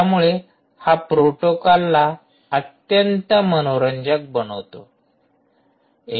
त्यामुळे हा प्रोटोकॉलला अत्यंत मनोरंजक बनवतो